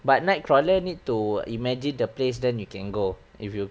but night crawler need to imagine the place then you can go if you